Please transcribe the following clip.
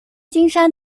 金山